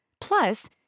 Plus